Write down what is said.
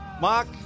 Mark